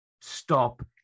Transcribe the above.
stop